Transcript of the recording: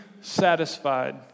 satisfied